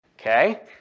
Okay